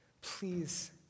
Please